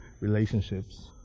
relationships